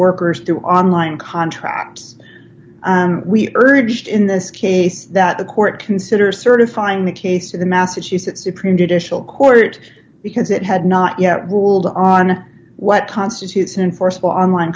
workers do on line contracts we urged in this case that the court consider certifying the case to the massachusetts supreme judicial court because it had not yet ruled on what constitutes an enforceable on line